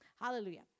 Hallelujah